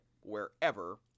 wherever